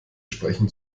sprechen